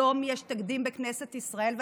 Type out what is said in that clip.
היום יש תקדים בכנסת ישראל,